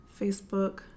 facebook